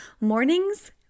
Mornings